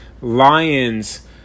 Lions